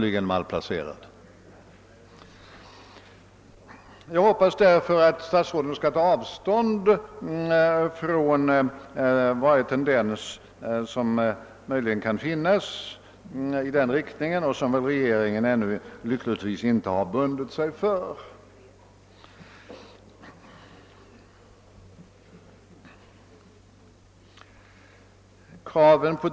Jag hoppas därför att statsråden skall ta avstånd från varje tendens som möjligen kan finnas i den riktningen och som väl regeringen lyckligtvis ännu inte har bundit sig för.